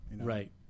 Right